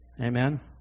Amen